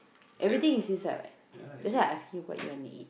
everything is inside what that's why I asking you what you wanna eat